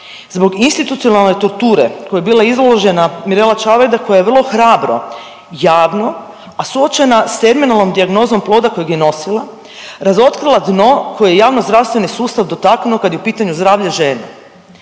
zbog institucionalne torture kojoj je bila izložena Mirela Čavajda koja je vrlo hrabro javno, a suočena s terminalnom dijagnozom ploda kojeg je nosila razotkrila dno koje je javnozdravstveni sustav dotaknuo kad je u pitanju zdravlje žene.